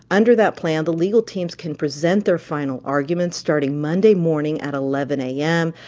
under that plan, the legal teams can present their final arguments starting monday morning at eleven a m,